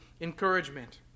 Encouragement